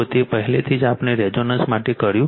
તે પહેલેથી જ આપણે રેઝોનન્સ માટે કર્યું છે